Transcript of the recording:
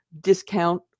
discount